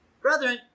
Brethren